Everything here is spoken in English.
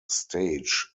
stage